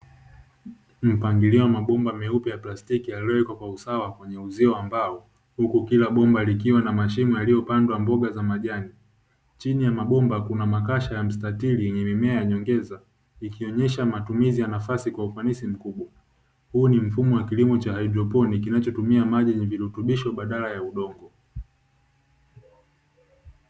Mpangilio wa mabomba meupe ya plastiki yaliyowekwa kwa usawa wa kwenye uzio wa mbao, huku kila bomba likiwa na mashimo yaliyopandwa mboga za majani. Chini ya mabomba kuna makasha ya mstatili yenye mimea ya nyongeza ikionyesha matumizi ya nafasi kwa ufanisi mkubwa. Huu ni mfumo wa kilimo cha haidroponi kinacho tumia maji yenye virutubisho badala ya udongo.